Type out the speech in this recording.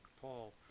Paul